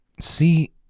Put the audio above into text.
See